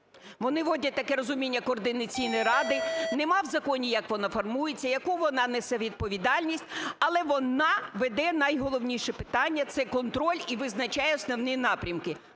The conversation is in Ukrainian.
Вони вводять таке розуміння Координаційної ради, немає в законі як воно формується, яку вона несе відповідальність, але вона веде найголовніше питання – це контроль і визначає основні напрямки.